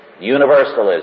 universalism